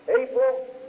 April